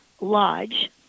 Lodge